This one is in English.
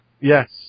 Yes